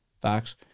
Facts